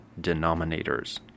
denominators